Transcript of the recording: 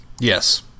Yes